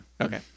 Okay